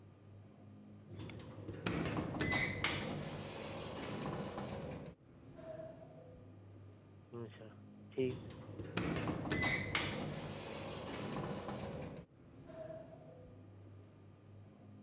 ᱦᱩᱸ ᱟᱪᱪᱷᱟ ᱴᱷᱤᱠ